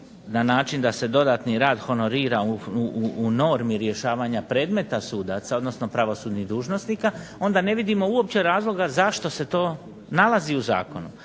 na način da se dodatni rad honorira u normi rješavanja predmeta sudaca odnosno pravosudnih dužnosnika onda ne vidimo uopće razloga zašto se to nalazi u zakonu.